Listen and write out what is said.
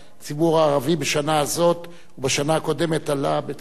הערבי בשנה הזאת ובשנה הקודמת עלה בצורה,